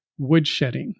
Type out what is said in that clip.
woodshedding